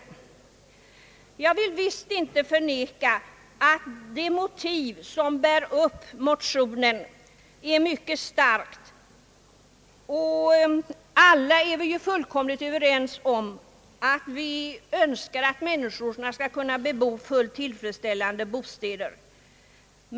Jag vill visst inte förneka att det motiv som bär upp motionen är mycket starkt. Vi är ju alla fullt överens om.att önska att människorna skall kunna bebo fullt tillfredsställande bostäder.